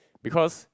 because